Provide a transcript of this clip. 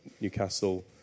Newcastle